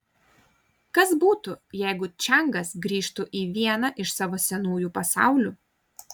kas būtų jeigu čiangas grįžtų į vieną iš savo senųjų pasaulių